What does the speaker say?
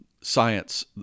Science